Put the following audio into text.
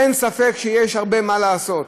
אין ספק שיש הרבה מה לעשות,